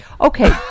Okay